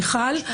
מיכל.